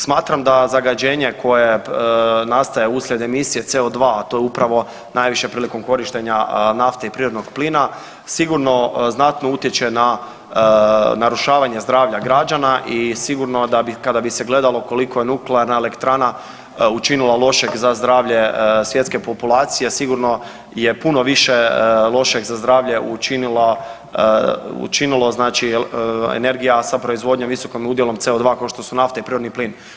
Smatram da zagađenje koje nastaje uslijed emisije CO2, a to je upravo najviše prilikom korištenja nafte i prirodnog plina, sigurno znatno utječe na narušavanje zdravlja građana i sigurno kada bi se gledalo koliko je nuklearna elektrana učinila lošeg za zdravlje svjetske populacije sigurno je puno više lošeg za zdravlje učinilo energija sa proizvodnjom i visokim udjelom CO2 kao što su nafte i prirodni plin.